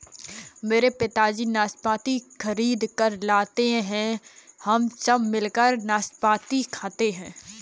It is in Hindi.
मेरे पिताजी नाशपाती खरीद कर लाते हैं हम सब मिलकर नाशपाती खाते हैं